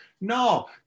no